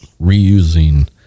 reusing